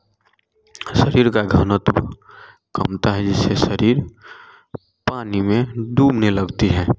शरीर का घनत्व कम पानी से शरीर पानी में डूबने लगती है